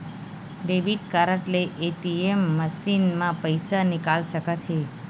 debit card ले ATM machine म पइसा निकाल सकत हे